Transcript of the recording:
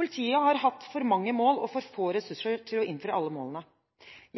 Politiet har hatt for mange mål og for få ressurser til å innfri alle målene.